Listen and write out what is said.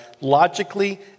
logically